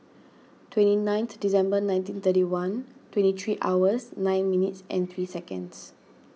twenty ninth December nineteen thirty one twenty three hours nine minutes and three seconds